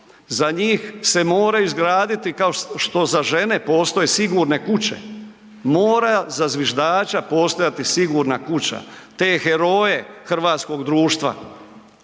Za njih se moraju izgraditi, kao što za žene postoje sigurne kuće, mora za zviždača postojati sigurna kuća. Te heroje hrvatskog društva